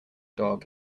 dog